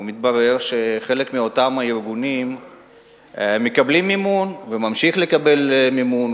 ומתברר שחלק מאותם הארגונים מקבלים מימון וממשיכים לקבל מימון.